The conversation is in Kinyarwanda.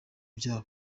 byabo